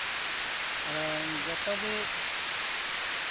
ᱟᱫᱚ ᱡᱚᱛᱚ ᱜᱮ